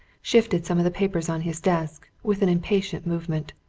shifted some of the papers on his desk, with an impatient movement.